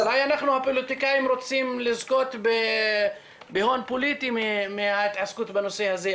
אולי אנחנו הפוליטיקאים רוצים לזכות בהון פוליטי מההתעסקות בנושא הזה,